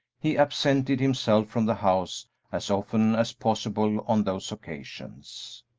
he absented himself from the house as often as possible on those occasions.